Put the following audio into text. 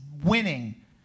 winning